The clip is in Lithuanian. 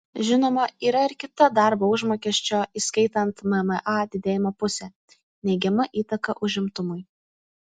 žinoma yra ir kita darbo užmokesčio įskaitant mma didėjimo pusė neigiama įtaka užimtumui